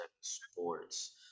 Sports